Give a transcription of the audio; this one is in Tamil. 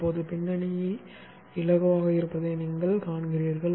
இப்போது பின்னணி இலகுவாக இருப்பதை நீங்கள் காண்கிறீர்கள்